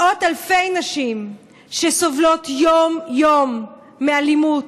מאות אלפי נשים שסובלות יום-יום מאלימות,